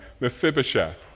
Mephibosheth